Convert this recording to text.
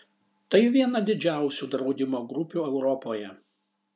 tai viena didžiausių draudimo grupių europoje